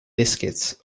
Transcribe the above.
biscuits